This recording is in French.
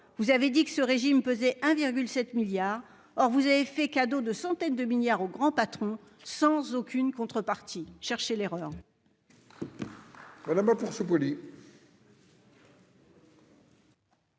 Vous avez déclaré que ce régime pesait 1,7 milliard d'euros. Or vous avez fait cadeau de centaines de milliards d'euros aux grands patrons sans aucune contrepartie- cherchez l'erreur